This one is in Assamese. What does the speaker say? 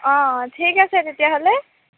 অঁ ঠিক আছে তেতিয়াহ'লে